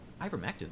Ivermectin